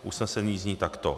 Usnesení zní takto: